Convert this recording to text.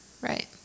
Right